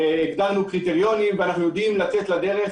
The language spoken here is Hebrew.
קבענו קריטריונים ואנחנו יודעים לצאת לדרך.